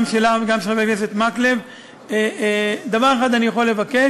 גם שלך וגם של חבר הכנסת מקלב: דבר אחד אני יכול לבקש,